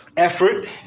Effort